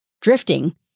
drifting